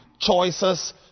choices